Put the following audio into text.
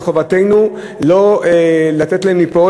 וחובתנו לא לתת להם ליפול.